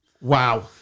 Wow